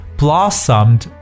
blossomed